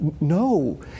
no